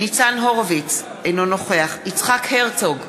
ניצן הורוביץ, אינו נוכח יצחק הרצוג,